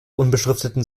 unbeschrifteten